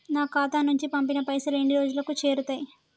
నా ఖాతా నుంచి పంపిన పైసలు ఎన్ని రోజులకు చేరుతయ్?